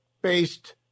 based